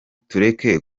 tureke